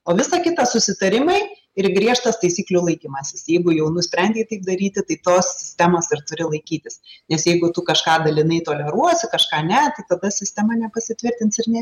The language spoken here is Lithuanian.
o visa kita susitarimai ir griežtas taisyklių laikymasis jeigu jau nusprendei taip daryti tai tos temos ir turi laikytis nes jeigu tu kažką dalinai toleruosi kažką ne tai tada sistema nepasitvirtins ir ne